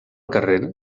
carrer